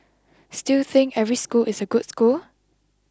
still think every school is a good school